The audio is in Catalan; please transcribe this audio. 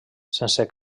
sense